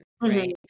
right